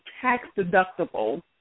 tax-deductible